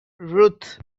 ruth